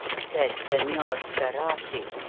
said senor sperati,